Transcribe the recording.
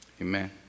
Amen